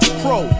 pro